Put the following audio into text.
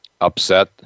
upset